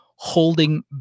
holding